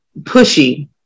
pushy